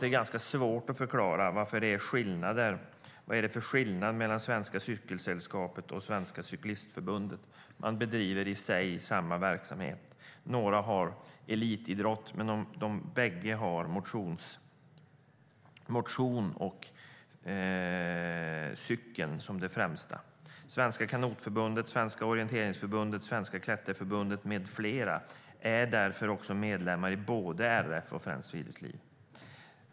Det är ganska svårt att förklara vad det är för skillnad mellan Svenska Cykelsällskapet och Svenska Cykelförbundet. Bägge bedriver samma verksamhet i sig. Några ägnar sig åt elitidrott, men bägge har motion och cykel som det som är det främsta. Svenska Kanotförbundet, Svenska Orienteringsförbundet, Svenska Klätterförbundet med flera är därför medlemmar i både RF och Svenskt Friluftsliv.